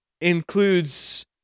includes